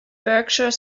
berkshire